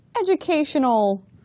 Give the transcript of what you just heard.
educational